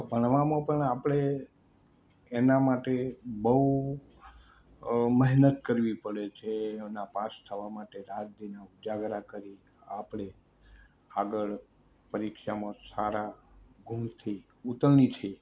તો ભણવામાં પણ આપણે એના માટે બહું અ મહેનત કરવી પડે છે એના પાસ થવા માટે રાત દીના ઉજાગરા કરીને આપણે આગળ પરીક્ષામાં સારા ગુણથી ઉત્તીર્ણ થઈએ